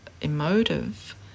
emotive